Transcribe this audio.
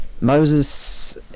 Moses